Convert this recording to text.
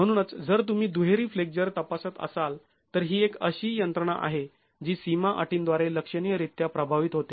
म्हणूनच जर तुम्ही दुहेरी फ्लेक्झर तपासात असाल तर ही एक अशी यंत्रणा आहे जी सीमा अटींद्वारे लक्षणीयरीत्या प्रभावित होते